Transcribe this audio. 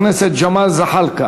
פרק החקיקה.